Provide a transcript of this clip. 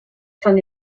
sant